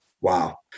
wow